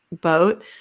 boat